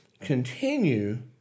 continue